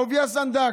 אהוביה סנדק,